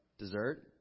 dessert